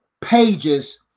pages